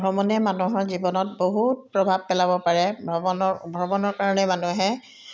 ভ্ৰমণে মানুহৰ জীৱনত বহুত প্ৰভাৱ পেলাব পাৰে ভ্ৰমণৰ ভ্ৰমণৰ কাৰণে মানুহে